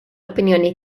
opinjoni